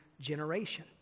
generation